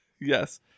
Yes